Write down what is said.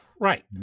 right